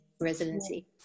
residency